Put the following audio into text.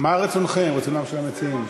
מה רצונכם, רצונם של המציעים?